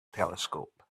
telescope